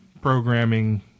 programming